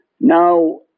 now